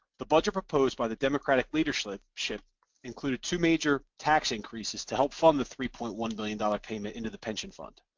the budget proposed by the democratic leaderslip-ship included two major tax increases to help fund the three point one million dollar payment into the pension fund.